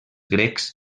grecs